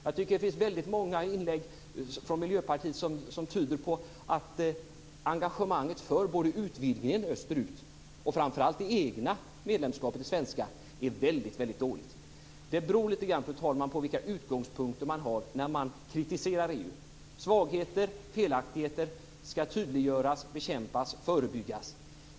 Jag tycker att det finns väldigt många inlägg från Miljöpartiet som tyder på att engagemanget för utvidgningen österut och framför allt för det egna svenska medlemskapet är väldigt dåligt. Fru talman! Det beror lite grann på vilka utgångspunkter man har när man kritiserar EU. Svagheter och felaktigheter skall tydliggöras, bekämpas och förebyggas.